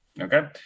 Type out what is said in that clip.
Okay